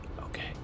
Okay